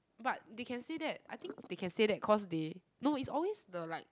but they can say that I think they can say that cause they no is always the like